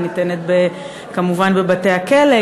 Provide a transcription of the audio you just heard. היא ניתנת כמובן בבתי-הכלא,